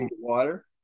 Water